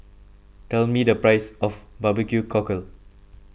tell me the price of Barbecue Cockle